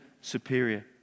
superior